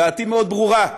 דעתי מאוד ברורה: